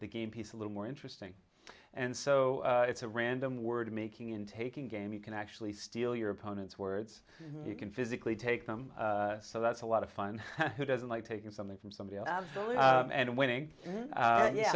the game piece a little more interesting and so it's a random word making in taking game you can actually steal your opponent's words you can physically take them so that's a lot of fun who doesn't like taking something from somebody absolutely and winning yeah